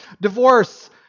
Divorce